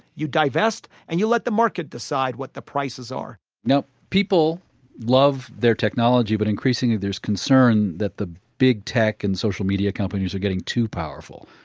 you divest and you let the market decide what the prices are people love their technology, but increasingly there's concern that the big tech and social media companies are getting too powerful.